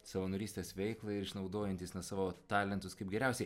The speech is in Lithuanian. savanorystės veiklą ir išnaudojantys na savo talentus kaip geriausiai